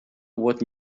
what